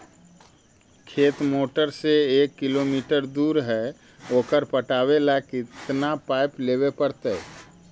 खेत मोटर से एक किलोमीटर दूर है ओकर पटाबे ल केतना पाइप लेबे पड़तै?